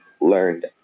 learned